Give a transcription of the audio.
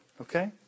Okay